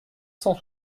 cent